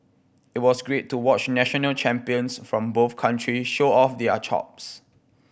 it was great to watch national champions from both country show off their chops